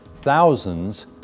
thousands